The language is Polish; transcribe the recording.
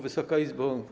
Wysoka Izbo!